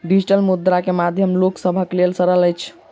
digital मुद्रा के माध्यम लोक सभक लेल सरल अछि